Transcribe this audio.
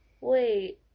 wait